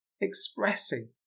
expressing